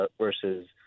versus